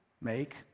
make